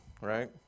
right